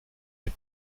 des